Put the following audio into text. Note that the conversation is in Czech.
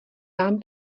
vám